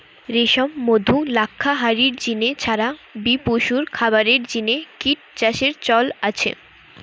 রেশম, মধু, লাক্ষা হারির জিনে ছাড়া বি পশুর খাবারের জিনে কিট চাষের চল আছে